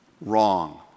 wrong